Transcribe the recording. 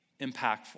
impactful